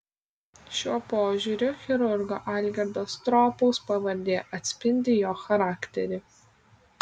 šiuo požiūriu chirurgo algirdo stropaus pavardė atspindi jo charakterį